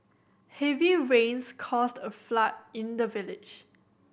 heavy rains caused a flood in the village